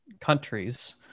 countries